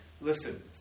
Listen